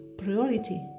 priority